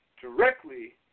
directly